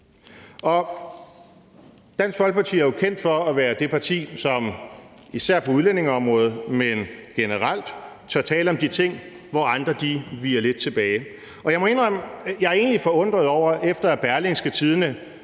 Dansk Folkeparti er jo kendt for at være det parti, som især på udlændingeområde, men også generelt, tør tale om de ting, hvor andre viger lidt tilbage. Og jeg må indrømme, at jeg egentlig